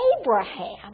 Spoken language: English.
Abraham